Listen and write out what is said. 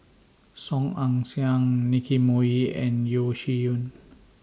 Song Ong Siang Nicky Moey and Yeo Shih Yun